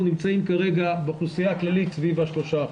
אנחנו נמצאים כרגע באוכלוסייה הכללית סביב ה-3%.